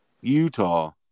Utah